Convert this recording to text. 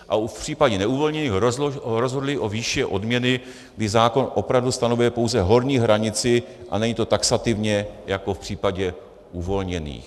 A v případě neuvolnění rozhodli o výši odměny, kdy zákon opravdu stanovuje pouze horní hranici a není to taxativně jako v případě uvolněných.